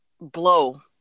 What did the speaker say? blow